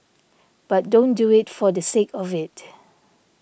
but don't do it for the sake of it